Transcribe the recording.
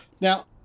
Now